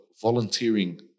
volunteering